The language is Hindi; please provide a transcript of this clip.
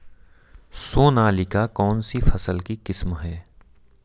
सोनालिका कौनसी फसल की किस्म है?